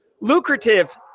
lucrative